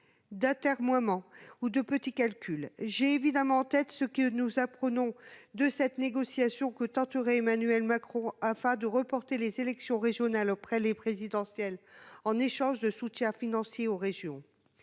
d'atermoiements ou de petits calculs. Je songe évidemment à ce que nous apprenons de la négociation que tenterait Emmanuel Macron pour reporter les élections régionales après les présidentielles, en échange de soutiens financiers aux régions.